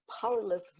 powerless